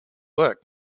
work